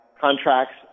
contracts